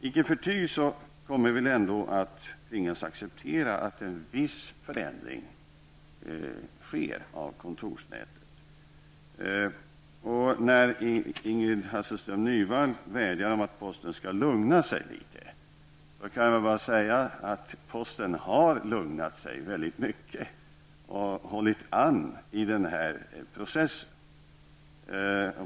Icke förty tvingas vi ändå acceptera att en viss förändring sker av kontorsnätet. När Ingrid Hasselström Nyvall vädjar om att posten skall lugna sig litet, kan jag säga att posten har lugnat sig mycket och håller tillbaka processen.